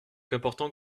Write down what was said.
important